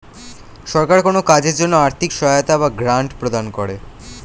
সরকার কোন কাজের জন্য আর্থিক সহায়তা বা গ্র্যান্ট প্রদান করে